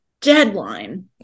deadline